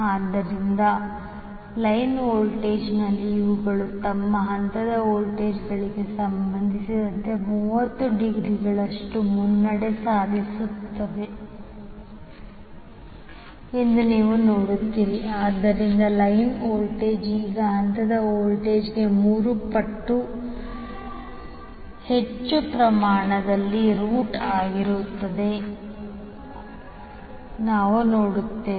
ಆದ್ದರಿಂದ ಲೈನ್ ವೋಲ್ಟೇಜ್ನಲ್ಲಿ ಇವುಗಳು ತಮ್ಮ ಹಂತದ ವೋಲ್ಟೇಜ್ಗಳಿಗೆ ಸಂಬಂಧಿಸಿದಂತೆ 30 ಡಿಗ್ರಿಗಳಷ್ಟು ಮುನ್ನಡೆ ಸಾಧಿಸುತ್ತಿರುವುದನ್ನು ನೀವು ನೋಡುತ್ತೀರಿ ಆದ್ದರಿಂದ ಲೈನ್ ವೋಲ್ಟೇಜ್ ಈಗ ಹಂತದ ವೋಲ್ಟೇಜ್ನ 3 ಪಟ್ಟು ಹೆಚ್ಚು ಪ್ರಮಾಣದಲ್ಲಿ ರೂಟ್ ಆಗಿರುವುದನ್ನು ನಾವು ನೋಡುತ್ತೇವೆ